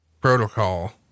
protocol